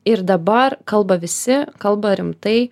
ir dabar kalba visi kalba rimtai